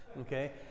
okay